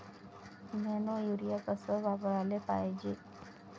Nano urea कस वापराले पायजे?